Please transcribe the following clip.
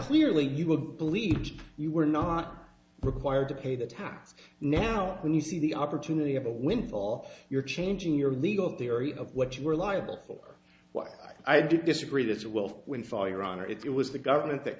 clearly you will believe you were not required to pay the tax now when you see the opportunity of a windfall you're changing your legal theory of what you are liable for what i do disagree that it will win firearm or it was the government that